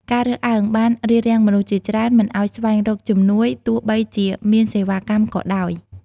ការរើសអើងបានរារាំងមនុស្សជាច្រើនមិនឱ្យស្វែងរកជំនួយ ទោះបីជាមានសេវាកម្មក៏ដោយ។